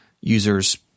users